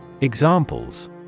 Examples